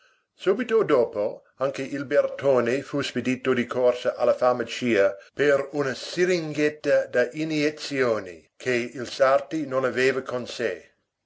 subito dopo anche il bertone fu spedito di corsa alla farmacia per una siringhetta da iniezioni che il sarti non aveva con sé